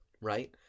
right